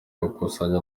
gukusanya